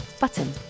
Button